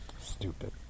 Stupid